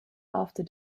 after